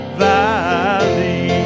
valley